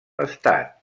estat